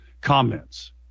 comments